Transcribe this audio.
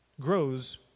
grows